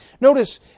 Notice